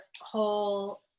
whole